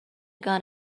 gun